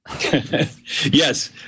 Yes